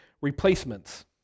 replacements